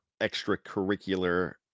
extracurricular